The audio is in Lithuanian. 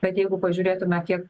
bet jeigu pažiūrėtume kiek